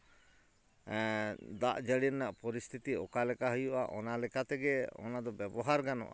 ᱫᱟᱜ ᱡᱟᱹᱲᱤ ᱨᱮᱱᱟᱜ ᱯᱚᱨᱤᱥᱛᱷᱤᱛᱤ ᱚᱠᱟᱞᱮᱠᱟ ᱦᱩᱭᱩᱜᱼᱟ ᱚᱱᱟᱞᱮᱠᱟ ᱛᱮᱜᱮ ᱚᱱᱟ ᱫᱚ ᱵᱮᱵᱚᱦᱟᱨ ᱜᱟᱱᱚᱜᱼᱟ